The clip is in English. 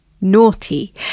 naughty